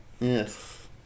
Yes